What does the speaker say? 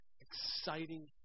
exciting